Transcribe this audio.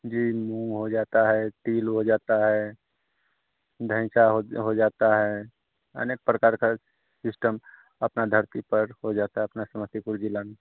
जी मूँग हो जाता है तिल हो जाता है धैसा हो हो जाता है अनेक प्रकार के सिस्टम अपना धरती पर हो जाता है अपने समस्तीपुर ज़िले में